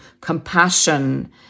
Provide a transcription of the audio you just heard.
compassion